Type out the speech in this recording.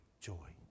joy